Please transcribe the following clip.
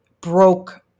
broke